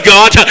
God